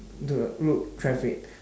the road traffic